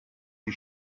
die